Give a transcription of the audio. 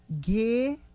Gay